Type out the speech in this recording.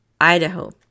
Idaho